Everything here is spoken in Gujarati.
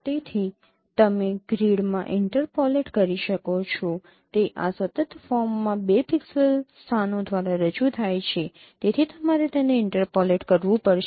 તેથી તમે ગ્રીડમાં ઇન્ટરપોલેટ કરી શકો છો તે આ સતત ફોર્મમાં 2 પિક્સેલ સ્થાનો દ્વારા રજૂ થાય છે તેથી તમારે તેને ઇન્ટરપોલેટ કરવું પડશે